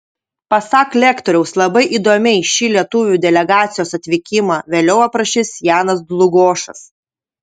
pasak lektoriaus labai įdomiai šį lietuvių delegacijos atvykimą vėliau aprašys janas dlugošas